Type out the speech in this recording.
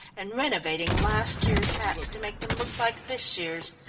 and renovating last year's hats to make them look like this year's.